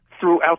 throughout